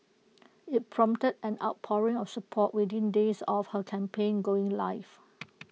IT prompted an outpouring of support within days of her campaign going live